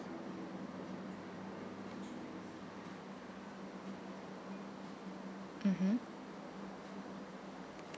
mmhmm